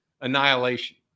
annihilation